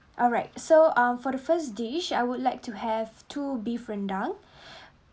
alright so um for the first dish I would like to have two beef rendang